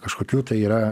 kažkokių tai yra